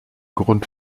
grund